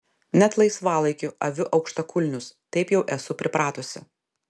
net laisvalaikiu aviu aukštakulnius taip jau esu pripratusi